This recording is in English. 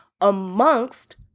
amongst